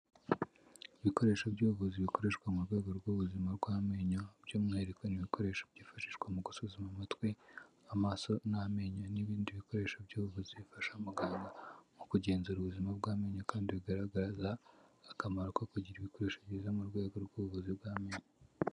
Ibikoresho by'ubuvuzi bikoreshwa mu rwego rw'ubuzima bw'amenyo, by'umwihariko ni ibikoresho byifashishwa mu gusuzuma amatwi, amaso n'amenyo n'ibindi bikoresho by'ubuvuzi bifasha muganga mu kugenzura ubuzima bw'amenyo, kandi bigaragaza akamaro ko kugira ibikoresho byiza mu rwego rw'ubuvuzi bw'amenyo.